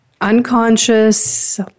unconscious